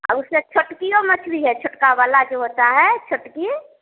उससे छोटकियो मछली है छोटका वाला जो होता है छोटकी